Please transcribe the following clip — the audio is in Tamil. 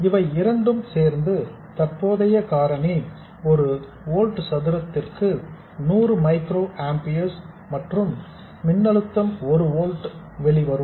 இவை இரண்டும் சேர்ந்து தற்போதைய காரணி ஒரு ஓல்ட் சதுரத்திற்கு நூறு மைக்ரோ ஆம்பியர்ஸ் மற்றும் வெளிவரும் மின்னழுத்தம் ஒரு ஓல்ட் ஆகும்